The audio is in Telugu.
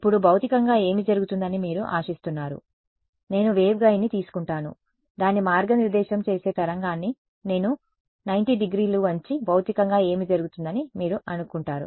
ఇప్పుడు భౌతికంగా ఏమి జరుగుతుందని మీరు ఆశిస్తున్నారు నేను వేవ్గైడ్ని తీసుకుంటాను దాని మార్గనిర్దేశం చేసే తరంగాన్ని నేను 90 డిగ్రీలు వంచి భౌతికంగా ఏమి జరుగుతుందని మీరు అనుకుంటున్నారు